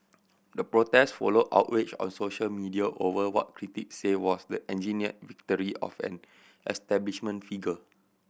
the protest followed outrage on social media over what critics say was the engineered victory of an establishment figure